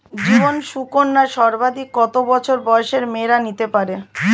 জীবন সুকন্যা সর্বাধিক কত বছর বয়সের মেয়েরা নিতে পারে?